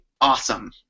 awesome